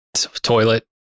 toilet